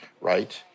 right